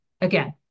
again